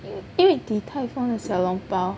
因为 Ding-Tai-Fung the xiao long bao